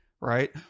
right